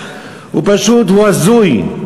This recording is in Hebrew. פשוט הוא הזוי,